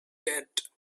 that